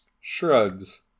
shrugs